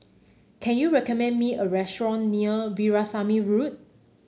can you recommend me a restaurant near Veerasamy Road